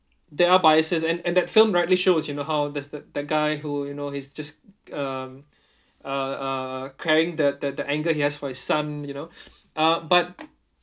there are biases and and at that film rightly shows you know how does the the guy who you know he's just uh uh uh carrying the the the anger he has for his son you know uh but